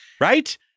right